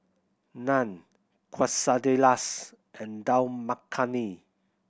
Naan Quesadillas and Dal Makhani